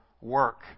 work